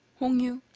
hong yoo,